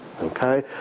Okay